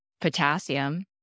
Potassium